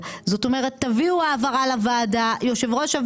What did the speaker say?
התעוררה שאלה במהלך ההקראה של הנוסח של חוק היסוד וחוק